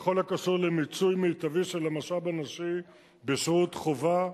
בכל הקשור למיצוי מיטבי של המשאב הנשי בשירות חובה,